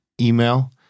email